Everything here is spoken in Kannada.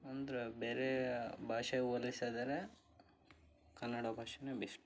ಅಂದರೆ ಬೇರೆ ಭಾಷೆ ಹೋಲಿಸಿದರೆ ಕನ್ನಡ ಭಾಷೆನೇ ಬೆಶ್ಟು